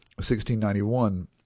1691